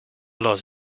lost